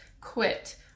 quit